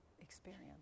experience